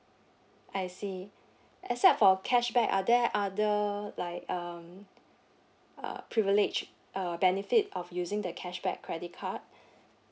I see except for cashback are there other like um uh privilege uh benefit of using the cashback credit card